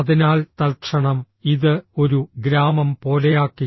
അതിനാൽ തൽക്ഷണം ഇത് ഒരു ഗ്രാമം പോലെയാക്കി